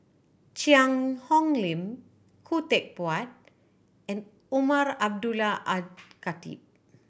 Cheang Hong Lim Khoo Teck Puat and Umar Abdullah Al Khatib